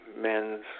men's